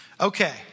Okay